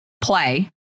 play